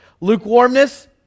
lukewarmness